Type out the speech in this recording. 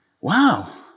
wow